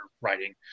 writing